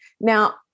Now